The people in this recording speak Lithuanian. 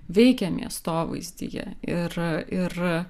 veikia miestovaizdyje ir ir